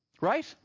Right